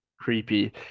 Creepy